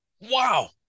Wow